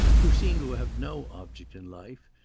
who seem to have no object in life,